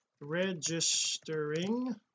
registering